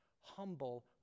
humble